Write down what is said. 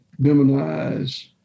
demonize